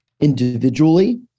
individually